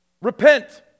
Repent